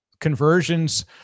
conversions